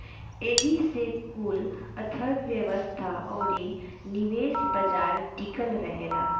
एही से कुल अर्थ्व्यवस्था अउरी निवेश बाजार टिकल रहेला